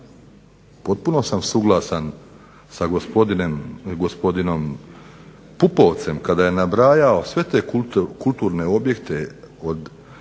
Potpuno sam suglasan sa gospodinom Pupovcem kada je nabrajao sve te kulturne objekte, od